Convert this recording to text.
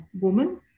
woman